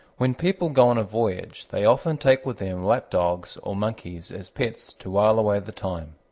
when people go on a voyage they often take with them lap-dogs or monkeys as pets to wile away the time.